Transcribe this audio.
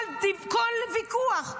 כל ויכוח,